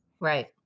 Right